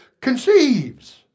conceives